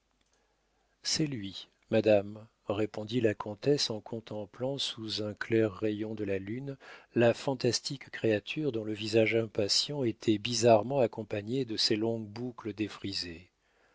c'est lui madame répondit la comtesse en contemplant sous un clair rayon de la lune la fantastique créature dont le visage impatient était bizarrement accompagné de ses longues boucles